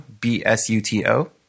B-S-U-T-O